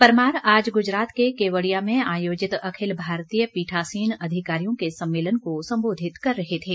परमार आज गुजरात के केवड़िया में आयोजित अखिल भारतीय पीठासीन अधिकारियों के सम्मेलन को संबोधित कर रहे थे